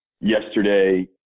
yesterday